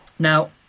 Now